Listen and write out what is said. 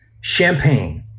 champagne